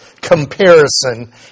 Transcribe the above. comparison